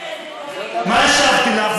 ואני, מה השבתי לך?